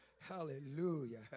Hallelujah